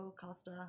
Costa